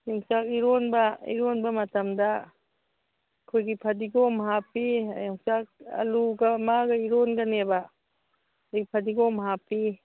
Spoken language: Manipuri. ꯌꯣꯡꯆꯥꯛ ꯏꯔꯣꯟꯕ ꯏꯔꯣꯟꯕ ꯃꯇꯝꯗ ꯑꯩꯈꯣꯏꯒꯤ ꯐꯗꯤꯒꯣꯝ ꯍꯥꯞꯄꯤ ꯌꯣꯡꯆꯥꯛ ꯑꯥꯂꯨꯒ ꯃꯥꯒ ꯏꯔꯣꯟꯒꯅꯦꯕ ꯑꯗꯒꯤ ꯐꯗꯤꯒꯣꯝ ꯍꯥꯞꯄꯤ